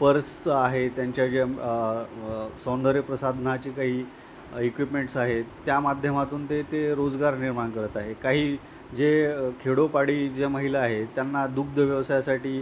पर्सचं आहे त्यांच्या ज्या सौंदर्य प्रसाधनाचे काही इक्विपमेंट्स आहेत त्या माध्यमातून ते ते रोजगार निर्माण करत आहे काही जे खेडोपाडी जे महिला आहेत त्यांना दुग्ध व्यवसायासाठी